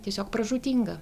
tiesiog pražūtinga